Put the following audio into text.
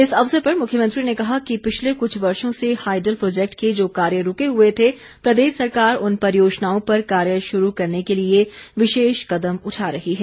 इस अवसर पर मुख्यमंत्री ने कहा कि पिछले कुछ वर्षो से हाईडल प्रोजेक्ट के जो कार्य रूके हुए थे प्रदेश सरकार उन परियोजनाओं पर कार्य शुरू करने के लिए विशेष कदम उठा रही है